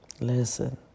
listen